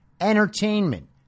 entertainment